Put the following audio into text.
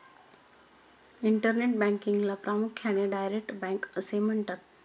internet बँकिंगला प्रामुख्याने direct bank असे म्हणतात